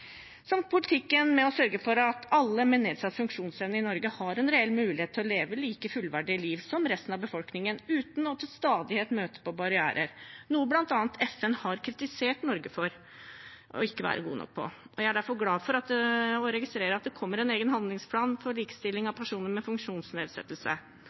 som politikken med å sørge for at alle med nedsatt funksjonsevne i Norge har en reell mulighet til å leve like fullverdige liv som resten av befolkningen, uten til stadighet å møte på barrierer, noe bl.a. FN har kritisert Norge for å ikke være god nok på. Jeg er derfor glad for å registrere at det kommer en egen handlingsplan for likestilling